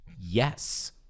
yes